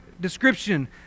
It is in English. description